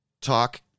talk